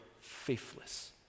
faithless